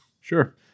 sure